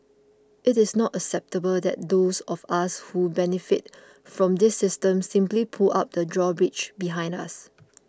it is not acceptable that those of us who benefited from this system simply pull up the drawbridge behind us